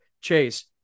Chase